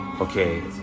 Okay